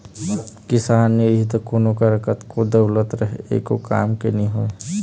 किसान नी रही त कोनों करा कतनो दउलत रहें एको काम के नी होय